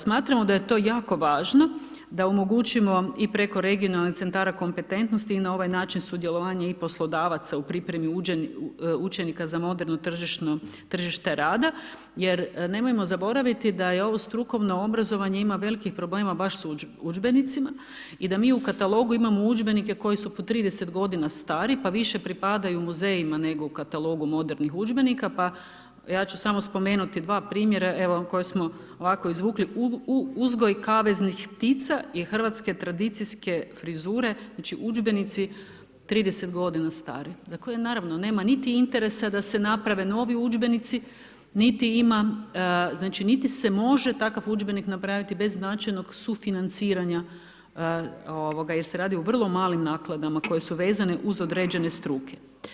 Smatramo da je to jako važno da omogućimo i preko regionalnih centara kompetentnosti i na ovaj način sudjelovanje i poslodavaca u pripremi učenika za moderno tržište rada, jer nemojmo zaboraviti da je ovo strukovno obrazovanje ima velikih problema baš s udžbenicima i da mi u katalogu imamo udžbenike koji su po 30 godina stari, pa više pripadaju muzejima nego katalogu modernih udžbenika, pa, ja ću samo spomenuti dva primjera, evo koje smo izvukli Uzgoj kaveznih ptica i Hrvatske tradicijske frizure, znači udžbenici 30 godina stari, za koje, naravno, nema niti interesa da se naprave novi udžbenici, znači niti se može takav udžbenik napraviti bez značajnog sufinanciranja, jer se radi o vrlo malim nakladama koje su vezane uz određene struke.